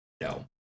no